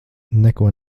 neko